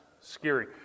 scary